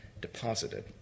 deposited